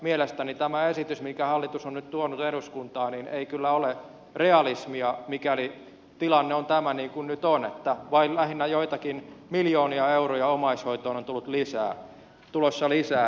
mielestäni tämä esitys minkä hallitus on nyt tuonut eduskuntaan ei kyllä ole realismia mikäli tilanne on tämä niin kuin nyt on että vain lähinnä joitakin miljoonia euroja omaishoitoon on tulossa lisää